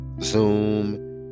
zoom